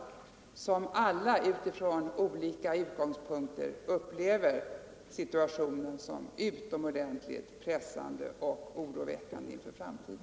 Inom dessa specialiteter upplever man utifrån olika utgångs Nr 120 punkter situationen som utomordentligt pressande och ser med oro på Onsdagen den